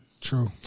True